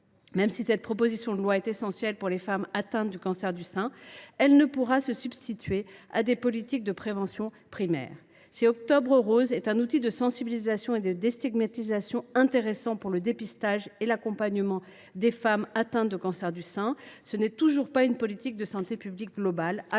même si cette proposition de loi est essentielle pour les femmes atteintes du cancer du sein, elle ne saurait se substituer à des politiques de prévention primaire. Si Octobre rose est un outil de sensibilisation et de lutte contre la stigmatisation intéressant pour le dépistage et l’accompagnement des femmes atteintes d’un cancer du sein, ce n’est toujours pas une politique de santé publique globale.